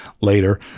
later